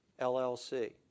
LLC